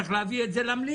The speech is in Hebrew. צריך להביא את זה למליאה,